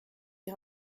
die